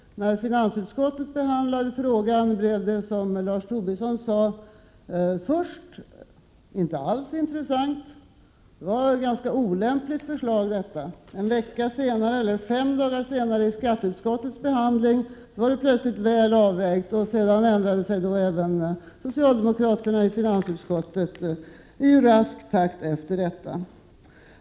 När finansutskottet behandlade motionen var den, som Lars Tobisson sade, först inte alls intressant. Det ansågs vara ganska olämpligt förslag. Fem dagar senare, vid skatteutskottets behandling, var förslaget plötsligt väl avvägt, och sedan ändrade sig även socialdemokraterna i finansutskottet i rask takt efter detta.